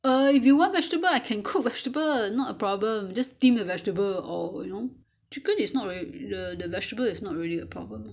err if you want vegetable I can cook vegetable not a problem just steam vegetable or you know chicken is not really the vegetable is not really a problem